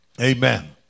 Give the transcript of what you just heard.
Amen